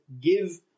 give